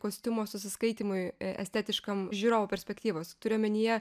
kostiumo susiskaitymui estetiškam žiūrovo perspektyvos turiu omenyje